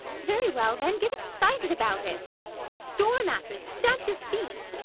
very well, then, get excited about it storm at me stamp your feet!